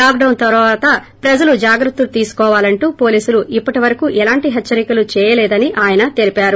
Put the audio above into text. lockdown తర్వాత ప్రజలు జాగ్రత్తలు తీసుకోవాలంటూ పోలీసులు ఇప్పటి వరకూ ఎలాంటి హెచ్చరికలు చేయలేదని ఆయన తెలిపారు